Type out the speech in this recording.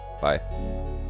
Bye